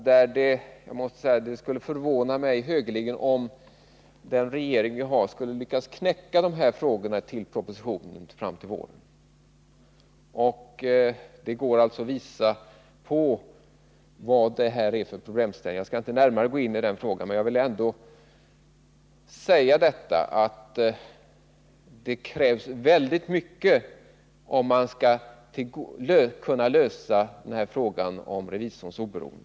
Det skulle högeligen förvåna mig, om den 65 borgerliga regeringen skulle lyckas knäcka dessa frågor i den proposition som skall läggas fram till våren. För det är mycket som krävs om man skall lösa frågan om revisors oberoende.